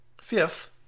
Fifth